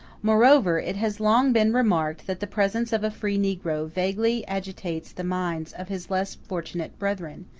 moreover, it has long been remarked that the presence of a free negro vaguely agitates the minds of his less fortunate brethren,